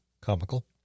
comical